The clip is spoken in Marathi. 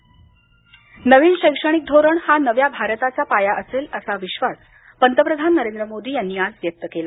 पंतप्रधान नवीन शैक्षणिक धोरण हा नव्या भारताचा पाया असेल असा विश्वास पंतप्रधान नरेंद्र मोदी यांनी आज व्यक्त केला